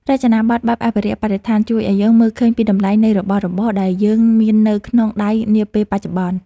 រចនាប័ទ្មបែបអភិរក្សបរិស្ថានជួយឱ្យយើងមើលឃើញពីតម្លៃនៃរបស់របរដែលយើងមាននៅក្នុងដៃនាពេលបច្ចុប្បន្ន។